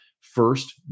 first